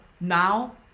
now